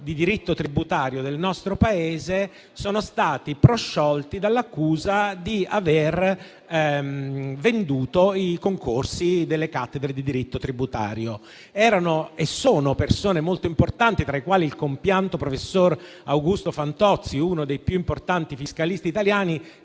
di diritto tributario del nostro Paese (quindi, non pochi soggetti) è stata prosciolta dall'accusa di aver venduto i concorsi delle cattedre di diritto tributario. Erano, e sono, persone molto importanti, tra i quali il compianto professor Augusto Fantozzi, uno dei più importanti fiscalisti italiani,